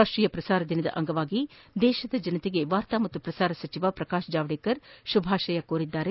ರಾಷ್ಟೀಯ ಪ್ರಸಾರ ದಿನದ ಅಂಗವಾಗಿ ದೇಶದ ಜನತೆಗೆ ವಾರ್ತಾ ಮತ್ತು ಪ್ರಸಾರ ಸಚಿವ ಪ್ರಕಾಶ್ ಜಾವಡೇಕರ್ ಶುಭ ಕೋರಿದ್ದು